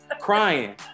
crying